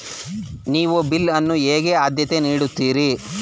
ನೀವು ಬಿಲ್ ಅನ್ನು ಹೇಗೆ ಆದ್ಯತೆ ನೀಡುತ್ತೀರಿ?